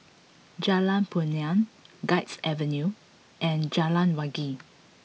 Jalan Punai Guards Avenue and Jalan Wangi